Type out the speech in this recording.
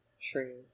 True